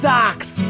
Socks